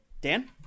Dan